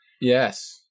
yes